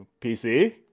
pc